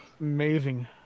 amazing